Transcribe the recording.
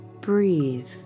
Breathe